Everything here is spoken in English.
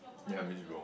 ya means wrong